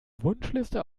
wunschliste